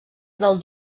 del